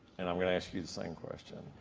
and i'm gonna ask you the same question,